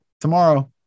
Tomorrow